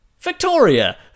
victoria